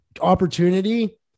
opportunity